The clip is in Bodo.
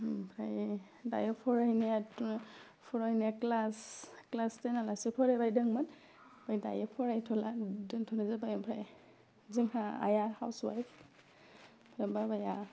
ओमफ्राय दायो फरायनायाथ' फरायनाया क्लास टेनहालासै फरायबाय दंमोन दायो फरायथ'ला दोन्थ'नाय जाबाय ओमफ्राय जोंहा आइआ हाउस वाइफ बाबाया